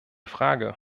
frage